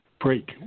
break